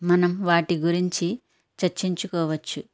మనం వాటి గురించి చర్చించుకోవచ్చు